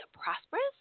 prosperous